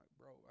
Bro